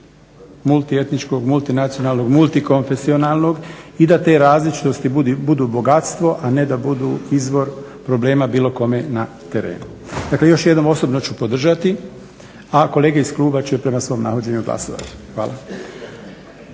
multietničkog, multinacionalnog, multikonfesionalnog i da te različitosti budu bogatstvo, a ne da budu izvor problema bilo kome na terenu. Dakle, još jednom osobno ću podržati a kolege iz kluba će prema svom navođenju glasati. Hvala.